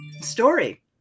story